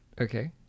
okay